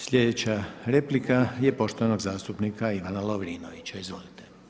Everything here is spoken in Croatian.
Slijedeća replika je poštovanog zastupnika Ivana Lovrinovića, izvolite.